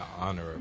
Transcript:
honor